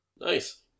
Nice